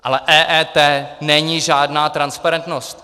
Ale EET není žádná transparentnost.